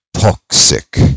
toxic